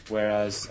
Whereas